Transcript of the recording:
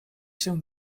się